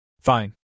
Fine